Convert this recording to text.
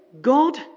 God